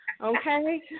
Okay